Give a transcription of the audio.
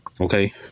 okay